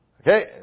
Okay